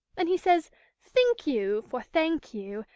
and he says think you for thank you,